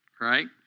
right